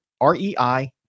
R-E-I